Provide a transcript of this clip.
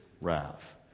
wrath